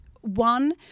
one